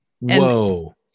Whoa